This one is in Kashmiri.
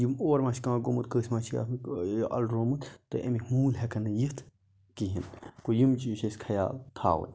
یہِ اور ما چھُ کانٛہہ گوٚمُت کٲنٛسہِ ما چھِ یہِ اَلروومُت تہٕ ایٚمِکۍ موٗل ہیٚکَن نہٕ یِتھ کِہیٖنۍ گوٚو یِم چیٖز چھِ اَسہِ خَیال تھاوٕنۍ